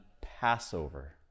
passover